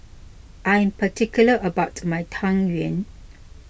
I am particular about my Tang Yuen